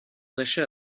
d’achat